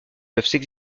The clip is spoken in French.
peuvent